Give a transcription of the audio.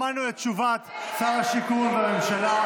שמענו את תשובת שר השיכון והממשלה,